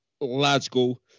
logical